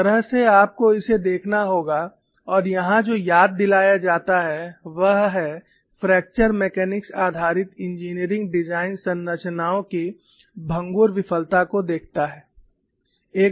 इस तरह से आपको इसे देखना होगा और यहाँ जो याद दिलाया जाता है वह है फ्रैक्चर मैकेनिक्स आधारित इंजीनियरिंग डिज़ाइन संरचनाओं की भंगुर विफलता को देखता है